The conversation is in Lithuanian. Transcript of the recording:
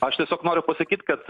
aš tiesiog noriu pasakyt kad